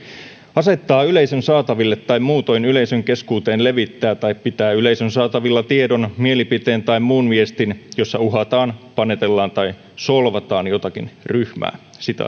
asettaa yleisön saataville tai muutoin yleisön keskuuteen levittää tai pitää yleisön saatavilla tiedon mielipiteen tai muun viestin jossa uhataan panetellaan tai solvataan jotakin ryhmää